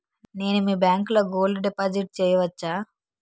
నేను మీ బ్యాంకులో గోల్డ్ డిపాజిట్ చేయవచ్చా?